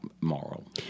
moral